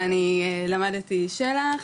ואני למדתי של"ח,